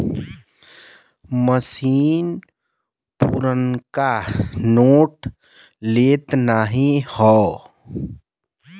मसीन पुरनका नोट लेत नाहीं हौ